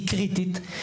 היא קריטית,